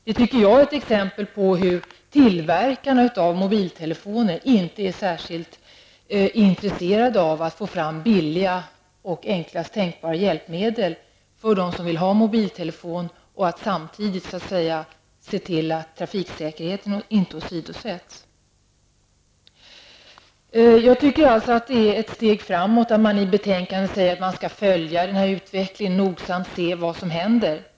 Jag tycker att detta är ett exempel på att tillverkarna av mobiltelefoner inte är särskilt intresserade av att få fram billiga och enklaste tänkbara hjälpmedel för dem som vill ha mobiltelefon samtidigt som man ser till att trafiksäkerheten inte åsidosätts. Det är enligt min uppfattning ett steg framåt att utskottet i betänkandet skriver att man skall följa utvecklingen nogsamt och se vad som händer.